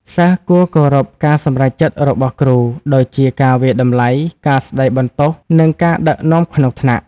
សិស្សគួរគោរពការសម្រេចចិត្តរបស់គ្រូ ដូចជា ការវាយតម្លៃ ការស្តីបន្ទោស និងការដឹកនាំក្នុងថ្នាក់។